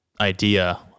idea